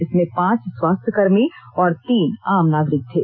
इसमें पांच स्वास्थ्यकर्मी और तीन आम नागरिक थे